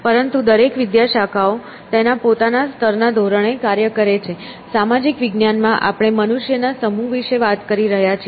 પરંતુ દરેક વિદ્યાશાખાઓ તેના પોતાના સ્તર ના ધોરણે કાર્ય કરે છે સામાજિક વિજ્ઞાનમાં આપણે મનુષ્યના સમૂહ વિશે વાત કરી રહ્યા છીએ